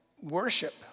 worship